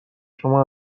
شما